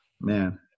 man